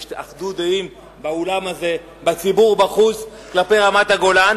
יש אחדות דעים באולם הזה ובציבור בחוץ כלפי רמת-הגולן.